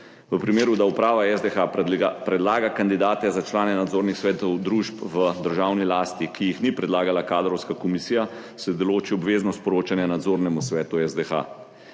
v primeru, da uprava SDH predlaga kandidate za člane nadzornih svetov družb v državni lasti, ki jih ni predlagala kadrovska komisija, se določi obveznost poročanja nadzornemu svetu SDH.